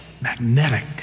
magnetic